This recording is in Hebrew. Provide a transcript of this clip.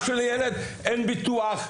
יקרה משהו לילד אין ביטוח,